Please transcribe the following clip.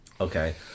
Okay